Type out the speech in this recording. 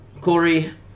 Corey